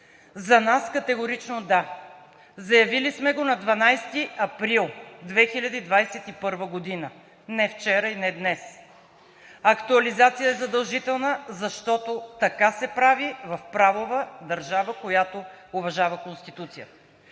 За нас категорично – да! Заявили сме го на 12 април 2021 г. Не вчера и не днес. Актуализация е задължителна, защото така се прави в правова държава, която уважава Конституцията.